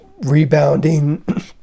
rebounding